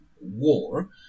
war